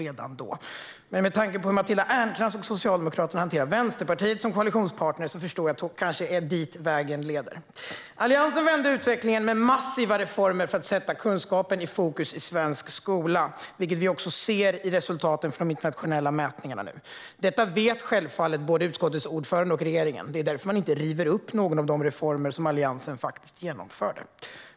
Med tanke på hur Matilda Ernkrans och Socialdemokraterna hanterade Vänsterpartiet som koalitionspartner förstår jag att det kanske är dit vägen leder. Alliansen vände utvecklingen med massiva reformer för att sätta kunskapen i fokus i svensk skola, vilket vi också ser i resultaten från de internationella mätningarna. Detta vet självfallet både utskottets ordförande och regeringen. Det är därför som man inte river upp någon av de reformer som Alliansen genomförde.